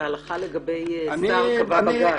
בסופו של דבר את ההלכה לגבי שר קבע בג"ץ.